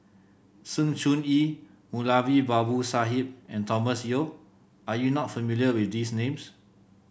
Sng Choon Yee Moulavi Babu Sahib and Thomas Yeo are you not familiar with these names